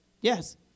Yes